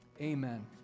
Amen